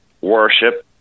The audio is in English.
worship